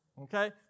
Okay